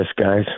guys